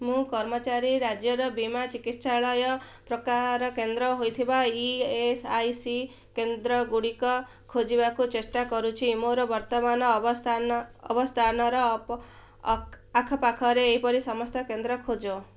ମୁଁ କର୍ମଚାରୀ ରାଜ୍ୟର ବୀମା ଚିକିତ୍ସାଳୟ ପ୍ରକାର କେନ୍ଦ୍ର ହୋଇଥିବା ଇ ଏସ୍ ଆଇ ସି କେନ୍ଦ୍ରଗୁଡ଼ିକ ଖୋଜିବାକୁ ଚେଷ୍ଟା କରୁଛି ମୋର ବର୍ତ୍ତମାନ ଅବସ୍ଥାନ ଅବସ୍ଥାନର ଆଖପାଖରେ ଏଇପରି ସମସ୍ତ କେନ୍ଦ୍ର ଖୋଜ